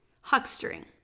Huckstering